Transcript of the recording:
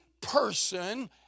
person